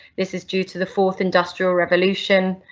this is due to the fourth industrial revolution,